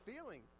feeling